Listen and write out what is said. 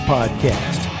Podcast